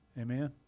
Amen